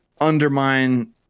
undermine